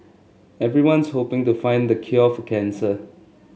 everyone's hoping to find the cure for cancer